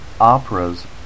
Opera's